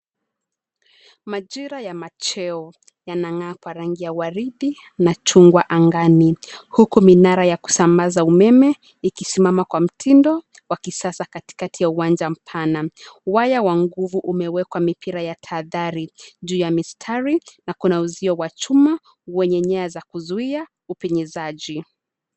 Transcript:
Majira ya macheo yanang'aa kwa rangi ya waridi na chungwa angani, huku minara ya kusambaza umeme ikisimama kwa mtindo wa kisasa katikati ya uwanja. Waya wa nguvu umewekwa mipira ya tahadhari juu ya mistari na kuna uzio wa chuma wenye nyaya za kuzuia upenyezaji.